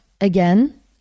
Again